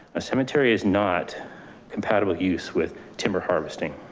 a cemetery is not compatible use with timber harvesting